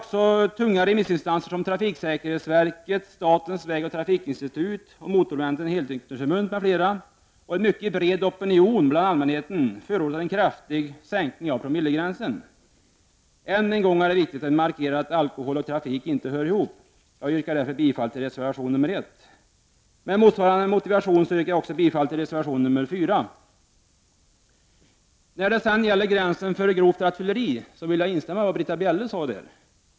Även tunga remissinstanser som trafiksäkerhetsverket, statens vägoch trafikinstitut och Motormännens helnykterhetsförbund m.fl. samt en bred opinion bland allmänheten förordar en kraftig sänkning av den s.k. promillegränsen. Än en gång är det viktigt att markera att alkohol och trafik inte hör ihop. Jag yrkar därför bifall till reservation nr 1. Med motsvarande motivation yrkar jag också bifall till reservation nr 4. När det sedan gäller gränsen för grovt rattfylleri vill jag instämma i vad Britta Bjelle sade.